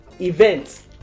events